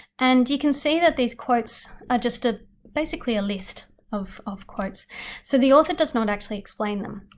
and you can see that these quotes are just a basically a list of of quotes so the author does not actually explain them,